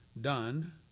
done